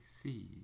see